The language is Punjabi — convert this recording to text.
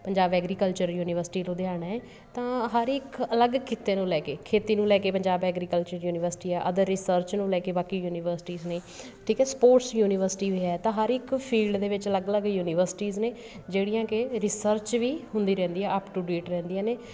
ਪੰਜਾਬ ਐਗਰੀਕਲਚਰ ਯੂਨੀਵਰਸਿਟੀ ਲੁਧਿਆਣਾ ਹੈ ਤਾਂ ਹਰ ਇੱਕ ਅਲੱਗ ਕਿੱਤੇ ਨੂੰ ਲੈ ਕੇ ਖੇਤੀ ਨੂੰ ਲੈ ਕੇ ਪੰਜਾਬ ਐਗਰੀਕਲਚਰ ਯੂਨੀਵਰਸਿਟੀ ਆ ਅਦਰ ਰਿਸਰਚ ਨੂੰ ਲੈ ਕੇ ਬਾਕੀ ਯੂਨੀਵਰਸਿਟੀਜ਼ ਨੇ ਠੀਕ ਹੈ ਸਪੋਰਟਸ ਯੂਨੀਵਰਸਿਟੀ ਵੀ ਹੈ ਤਾਂ ਹਰ ਇੱਕ ਫੀਲਡ ਦੇ ਵਿੱਚ ਅਲੱਗ ਅਲੱਗ ਯੂਨੀਵਰਸਿਟੀਜ਼ ਨੇ ਜਿਹੜੀਆਂ ਕਿ ਰਿਸਰਚ ਵੀ ਹੁੰਦੀ ਰਹਿੰਦੀ ਆ ਅਪ ਟੂ ਡੇਟ ਰਹਿੰਦੀਆਂ ਨੇ